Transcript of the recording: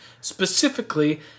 specifically